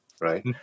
Right